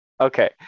Okay